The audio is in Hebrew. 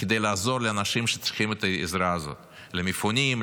כדי לעזור לאנשים שצריכים את העזרה הזאת: למפונים,